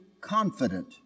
confident